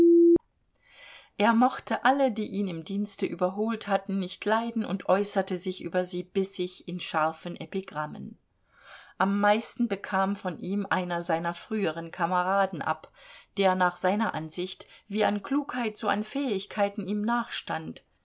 er mochte alle die ihn im dienste überholt hatten nicht leiden und äußerte sich über sie bissig in scharfen epigrammen am meisten bekam von ihm einer seiner früheren kameraden ab der nach seiner ansicht wie an klugheit so an fähigkeiten ihm